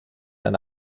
eine